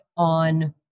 on